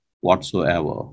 whatsoever